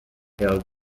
held